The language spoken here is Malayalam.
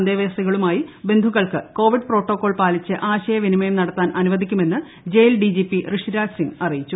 അന്തേവാസികളുമായി കോവിഡ് പ്രോട്ടോകോൾ പാലിച്ച് ആശയവിനിമയം നടത്താൻ അനുവദിക്കുമെന്ന് ജയിൽ ഡിജിപി ഋഷിരാജ് സിംഗ് അറിയിച്ചു